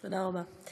תודה רבה.